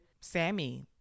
Sammy